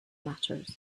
matters